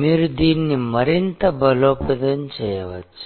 మీరు దీన్ని మరింత బలోపేతం చేయవచ్చు